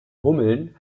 hummeln